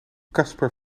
kasper